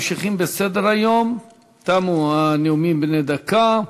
תמו הנאומים בני דקה.